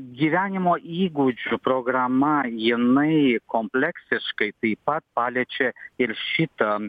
gyvenimo įgūdžių programa jinai kompleksiškai taip pat paliečia ir šitą